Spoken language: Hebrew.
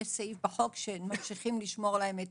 כי יש סעיף בחוק שממשיכים לשמור להם את